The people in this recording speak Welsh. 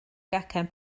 gacen